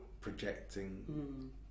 projecting